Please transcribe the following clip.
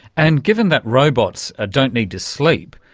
and given that robots ah don't need to sleep,